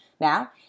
Now